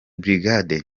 brigade